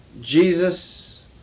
Jesus